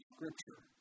Scripture